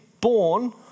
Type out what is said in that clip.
born